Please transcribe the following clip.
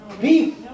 beef